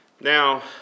Now